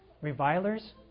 revilers